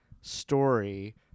story